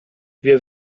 wir